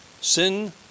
Sin